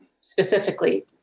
specifically